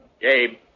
Gabe